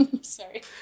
Sorry